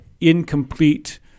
incomplete